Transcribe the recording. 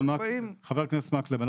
חבר הכנסת מקלב,